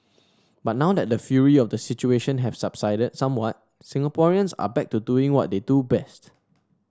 but now that the fury of the situation have subsided somewhat Singaporeans are back to doing what they do best